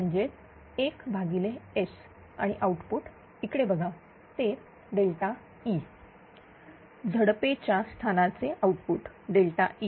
म्हणजेच 1S आणि output इकडे बघा ते ΔE झडपेच्या स्थानाचे आउटपुट ΔE हे